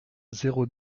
zéro